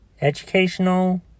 Educational